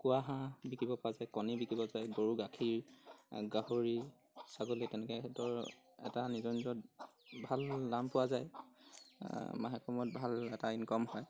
কুকুৰা হাঁহ বিকিব পৰা যায় কণী বিকিব যায় গৰু গাখীৰ গাহৰি ছাগলী তেনেকৈ সেইটো এটা নিজৰ নিজৰ ভাল দাম পোৱা যায় মাহে কমত ভাল এটা ইনকম হয়